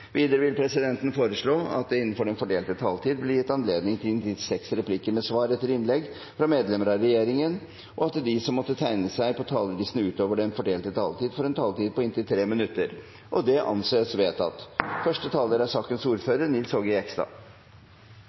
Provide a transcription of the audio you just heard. Videre vil presidenten foreslå at det – innenfor den fordelte taletid – blir gitt anledning til inntil seks replikker med svar etter innlegg fra medlemmer av regjeringen, og at de som måtte tegne seg på talerlisten utover den fordelte taletid, får en taletid på inntil tre minutter. – Det anses vedtatt.